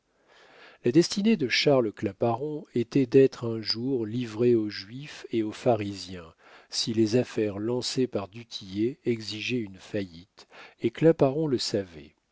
la destinée de charles claparon était d'être un jour livré aux juifs et aux pharisiens si les affaires lancées par du tillet exigeaient une faillite et claparon le savait